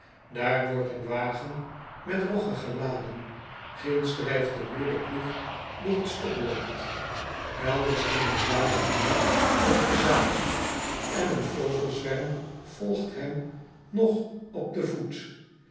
aar wordt een wagen met rogge geladen ginds drijft de boer den ploeg door het stoppelland elders ging een zaaijer uit om te zaaijen en een vogelzwerm volgt hem nog op den voet